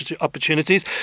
opportunities